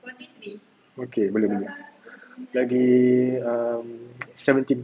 okay boleh boleh lagi err seventeen